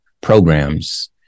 programs